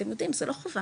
אתם יודעים זה לא חובה,